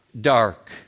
dark